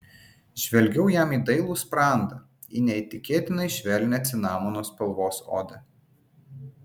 žvelgiau jam į dailų sprandą į neįtikėtinai švelnią cinamono spalvos odą